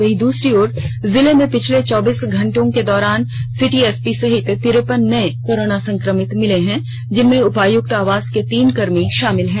वहीं दूसरी ओर जिले में पिछले चौबीस घंटे के दौरान सिटी एसपी सहित तिरेपन नये कोरोना संक्रमित मिले हैं जिनमें उपायुक्त आवास के तीन कर्मी भी शामिल हैं